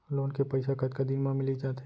Loan के पइसा कतका दिन मा मिलिस जाथे?